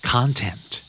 Content